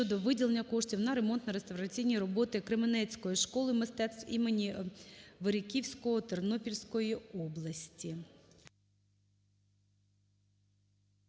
щодо виділення коштів на ремонтно-реставраційні роботи Кременецької школи мистецтв імені Вериківського Тернопільської області.